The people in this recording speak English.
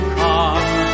come